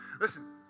Listen